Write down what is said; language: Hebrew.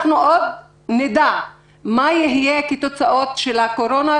אנחנו עוד נדע מה יהיה כתוצאה מן הקורונה,